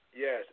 yes